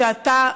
שאתה,